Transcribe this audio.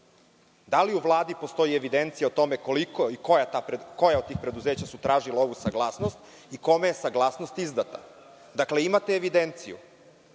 da li u Vladi postoji evidencija o tome koja od tih preduzeća su tražila ovu saglasnost i kome je saglasnost izdata? Dakle, imate evidenciju